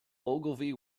ogilvy